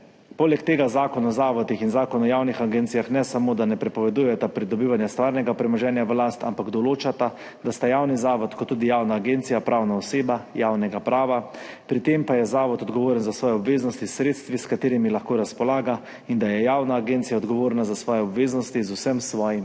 Poleg tega Zakon o zavodih in Zakon o javnih agencijah ne samo, da ne prepovedujeta pridobivanja stvarnega premoženja v last, ampak določata, da sta javni zavod kot tudi javna agencija pravna oseba javnega prava, pri tem pa je zavod odgovoren za svoje obveznosti s sredstvi, s katerimi lahko razpolaga, in da je javna agencija odgovorna za svoje obveznosti z vsem svojim